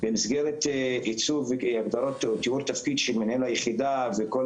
במסגרת תיאור תפקיד של מנהל היחידה וכל